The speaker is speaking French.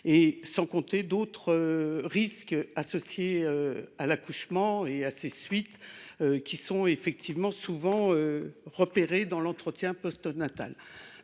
sans compter les autres risques associés à l’accouchement et à ses suites, qui, souvent, sont repérés dans l’entretien postnatal.